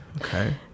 okay